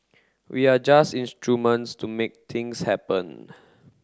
we are just instruments to make things happen